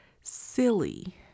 silly